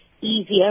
Easier